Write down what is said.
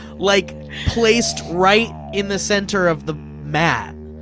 like placed right in the center of the mat.